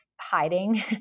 hiding